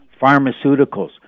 pharmaceuticals